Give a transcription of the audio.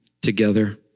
together